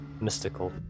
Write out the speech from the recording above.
mystical